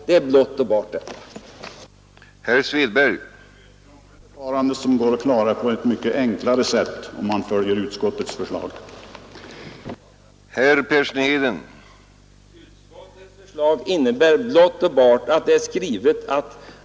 Det är bara detta som saken nu gäller.